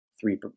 three